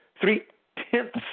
Three-tenths